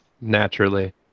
Naturally